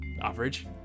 average